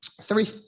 Three